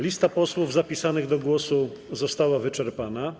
Lista posłów zapisanych do głosu została wyczerpana.